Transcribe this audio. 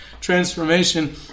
transformation